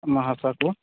ᱢᱚᱦᱟᱥᱚᱭ ᱠᱚ